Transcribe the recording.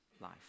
life